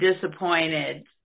disappointed